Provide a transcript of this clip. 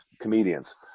comedians